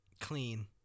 clean